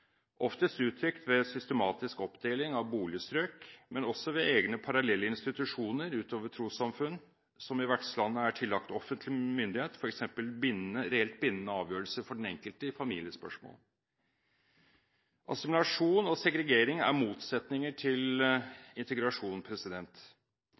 oftest uttrykt ved systematisk oppdeling av boligstrøk, men også ved egne parallelle institusjoner utover trossamfunn, som i vertslandet er tillagt offentlig myndighet, f.eks. reelt bindende avgjørelse for den enkelte i familiespørsmål. Assimilasjon og segregering er motsetninger til